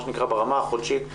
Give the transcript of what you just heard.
מה שנקרא ברמה החודשית,